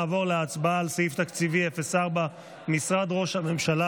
נעבור להצבעה על סעיף תקציבי 04 משרד ראש הממשלה,